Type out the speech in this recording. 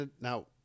now